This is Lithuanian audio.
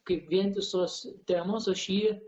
kaip vientisos temos aš jį